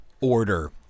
order